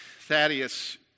Thaddeus